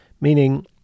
meaning